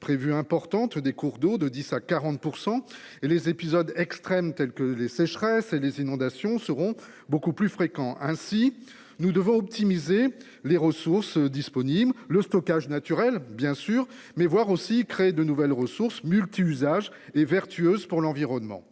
prévue importante des cours d'eau de 10 à 40% et les épisodes extrêmes tels que les sécheresses et les inondations seront beaucoup plus fréquent. Ainsi, nous devons optimiser les ressources disponibles, le stockage naturel bien sûr mais voir aussi créer de nouvelles ressources multi-usages et vertueuse pour l'environnement.